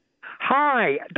Hi